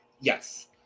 yes